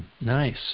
Nice